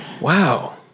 Wow